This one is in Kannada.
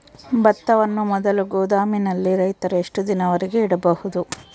ಭತ್ತವನ್ನು ಮೊದಲು ಗೋದಾಮಿನಲ್ಲಿ ರೈತರು ಎಷ್ಟು ದಿನದವರೆಗೆ ಇಡಬಹುದು?